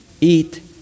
eat